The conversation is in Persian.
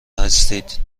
هستید